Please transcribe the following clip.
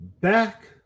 back